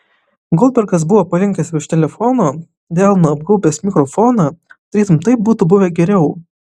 goldbergas buvo palinkęs virš telefono delnu apgaubęs mikrofoną tarytum taip būtų buvę geriau